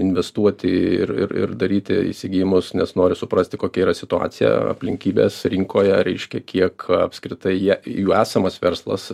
investuoti ir ir ir daryti įsigijimus nes nori suprasti kokia yra situacija aplinkybės rinkoje reiškia kiek apskritai jie jų esamas verslas